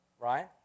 Right